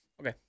Okay